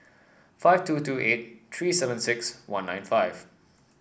five two two eight three seven six one nine five